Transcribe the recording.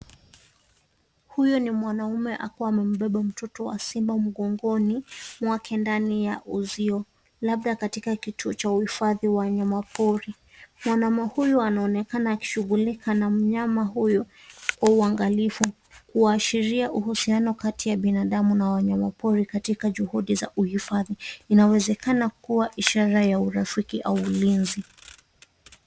Huyo ni mwanume akiwa amembeba mtoto wa simba mgongoni mwake ndani ya uzio labda katika kituo cha uhifadhi wa wanyamapori. Mwanaume huyu anaonekana akishughulika na mnyama huyu kwa uangalifu kuashiria uhusiano kati ya binadamu na wanyamapori katika juhudi za uhifadhi. Inawezekana kuwa ishara ya urafiki au ulinzi.